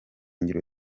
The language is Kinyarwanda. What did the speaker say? ngiro